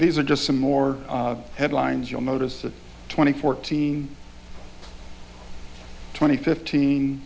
these are just some more headlines you'll notice that twenty fourteen twenty fifteen